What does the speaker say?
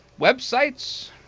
websites